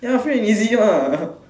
ya free and easy mah